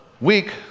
week